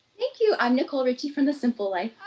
thank you, i'm nicole richie from the simple life.